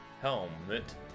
helmet